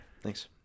Thanks